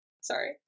Sorry